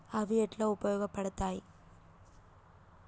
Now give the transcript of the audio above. అవి ఎట్లా ఉపయోగ పడతాయి?